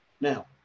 Now